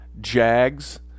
Jags